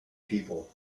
people